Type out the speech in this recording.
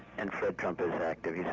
and fred trump is active. you know